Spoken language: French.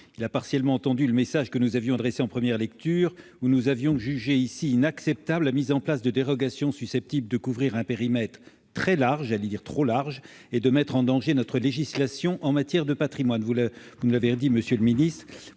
Il a partiellement entendu le message que nous avions adressé lors de la première lecture : nous avions alors jugé inacceptable la mise en place de dérogations susceptibles de couvrir un périmètre très large- j'allais dire trop large -et de mettre en danger notre législation en matière de patrimoine. Vous nous l'avez redit, monsieur le ministre,